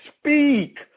Speak